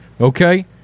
Okay